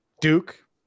Duke